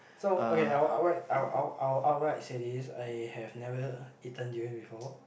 so okay I'll outright I'll I'll I'll outright say this I have never eaten durian before